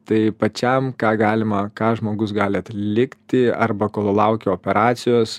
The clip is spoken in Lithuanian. tai pačiam ką galima ką žmogus gali atlikti arba kol laukia operacijos